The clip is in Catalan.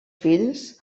fills